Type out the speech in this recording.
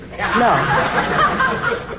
No